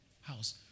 House